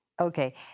Okay